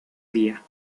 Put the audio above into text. día